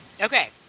Okay